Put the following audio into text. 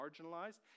marginalized